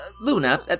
Luna